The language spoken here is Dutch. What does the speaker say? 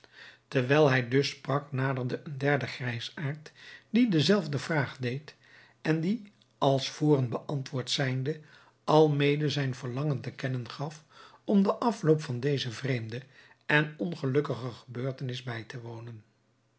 terwijl hij dus sprak naderde een derde grijsaard die dezelfde vraag deed en die als voren beantwoord zijnde almede zijn verlangen te kennen gaf om den afloop van deze vreemde en ongelukkige gebeurtenis bij te wonen